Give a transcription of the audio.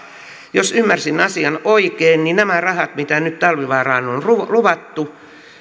jos ymmärsin asian oikein niin nämä rahat mitä nyt talvivaaraan on luvattu on